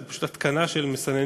שזה פשוט התקנה של מסננים,